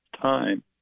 time